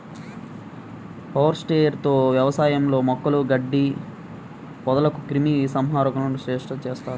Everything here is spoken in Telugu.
పవర్ స్ప్రేయర్ తో వ్యవసాయంలో మొక్కలు, గడ్డి, పొదలకు క్రిమి సంహారకాలను స్ప్రే చేస్తారు